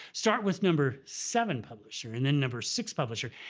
start with number seven publisher and then number six publisher,